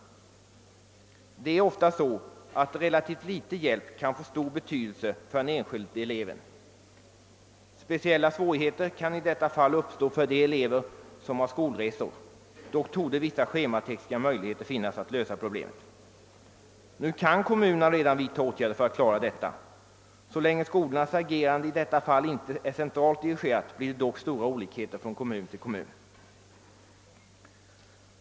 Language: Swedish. Relativt liten hjälp kan ofta vara av stor betydelse för den enskilde eleven. Speciella svårigheter kan i detta fall uppstå för elever som måste företa skolresor. Det torde dock finnas vissa schematekniska möjligheter att lösa problemet. Redan nu kan kommunerna vidta åtgärder härvidlag, men så länge skolornas agerande inte dirigeras centralt blir det dock fråga om stora olikheter mellan de olika kommunerna.